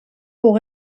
pour